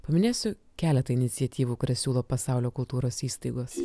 paminėsiu keletą iniciatyvų kurias siūlo pasaulio kultūros įstaigos